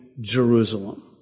Jerusalem